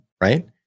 Right